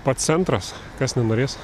pats centras kas nenorės